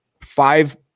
five